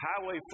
Highway